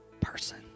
person